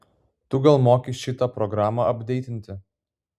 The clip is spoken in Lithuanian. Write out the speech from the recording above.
tu gal moki šitą programą apdeitinti